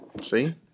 See